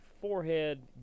forehead